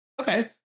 okay